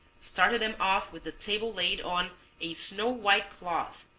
started them off with the table laid on a snow white cloth,